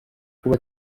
kuba